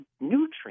nutrients